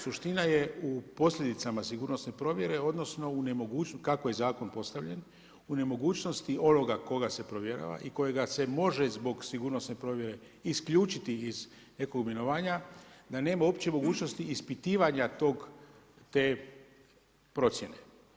Suština je u posljedicama sigurnosne provjere, odnosno, kako je zakon postavljen, u nemogućnosti onoga koga se provjera i kojega se može zbog sigurnosne provjere isključiti iz nekog imenovanja, da nema uopće mogućnosti ispitivanja te procjene.